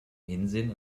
hinsehen